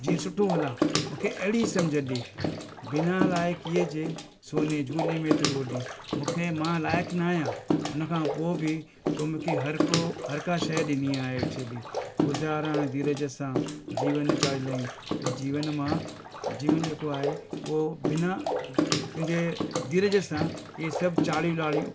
जीअं सुठो हलां मूंखे अहिड़ी समुझ ॾे बिना लाइक़ीअ जे सोने झूले में थो लोॾी मां लाइक़ ना आहियां हुनखां पोइ बि तो मूंखे हरको हरका शइ ॾिनी आहे एक्चुली गुज़ारियां धीरज सां जीवन चाढ़ियूं लाहियूं जीवन मां जीवन जेको आहे उहो बिना तुंहिंजे धीरज सां इहे सभु चाढ़ियूं लाहियूं